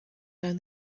down